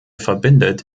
verbindet